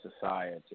society